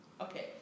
Okay